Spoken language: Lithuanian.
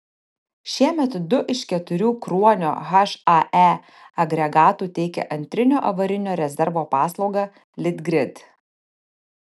šiemet du iš keturių kruonio hae agregatų teikia antrinio avarinio rezervo paslaugą litgrid